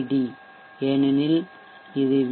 D ஏனெனில் இது we